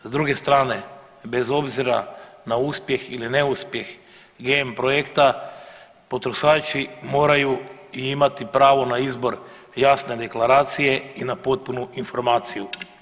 S druge strane bez obzira na uspjeh ili neuspjeh GMO projekta potrošači moraju imati pravo na izbor jasne deklaracije i na potpunu informaciju.